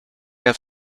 have